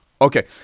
Okay